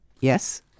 Yes